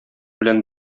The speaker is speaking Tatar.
белән